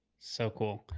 so cool.